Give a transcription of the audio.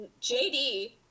JD